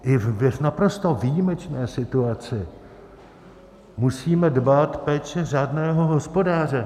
I v naprosto výjimečné situaci musíme dbát péče řádného hospodáře.